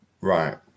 right